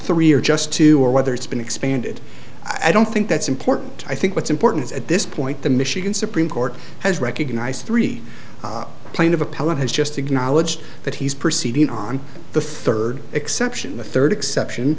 three or just two or whether it's been expanded i don't think that's important i think what's important is at this point the michigan supreme court has recognized three plaintive appellate has just acknowledged that he's proceeding on the third exception the third exception